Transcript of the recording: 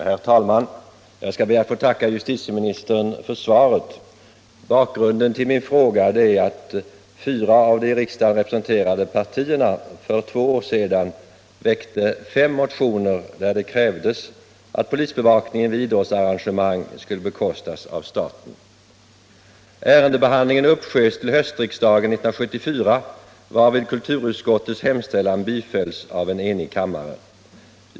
Herr talman! Jag skall be att få tacka justitieministern för svaret. Bakgrunden till min fråga är att fyra av de i riksdagen representerade partierna för två år sedan väckte fem motioner, där det krävdes att polisbevakningen vid idrottsarrangemang skulle bekostas av staten. Ärendebehandlingen uppsköts till höstriksdagen 1974, varvid kulturutskottets hemställan bifölls av en enig kammare.